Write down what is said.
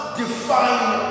define